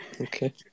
Okay